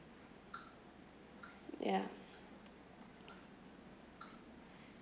ya